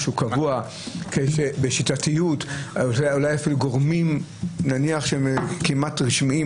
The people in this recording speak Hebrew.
משהו קבוע ושיטתי ואולי אפילו גורמים כמעט רשמיים